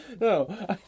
No